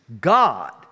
God